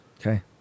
Okay